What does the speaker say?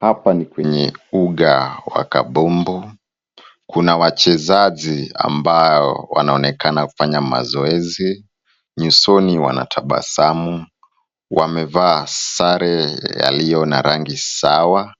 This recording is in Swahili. Hapa ni kwenye uga wa kabumbu. Kuna wachezaji ambao wanaonekana kufanya mazoezi. Nyusoni wanatabasamu. Wamevaa sare yaliyo na rangi sawa.